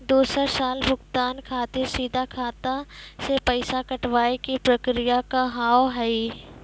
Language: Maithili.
दोसर साल भुगतान खातिर सीधा खाता से पैसा कटवाए के प्रक्रिया का हाव हई?